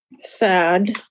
sad